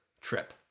trip